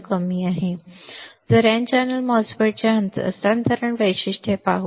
आता n channel MOSFET चे हस्तांतरण वैशिष्ट्ये पाहू